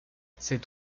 cet